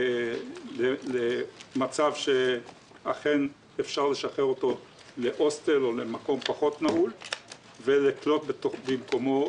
נער/נערה שאפשר לשחרר להוסטל לא נעול ובמקומם